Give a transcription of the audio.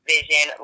vision